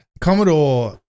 Commodore